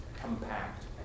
compact